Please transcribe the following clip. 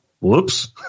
whoops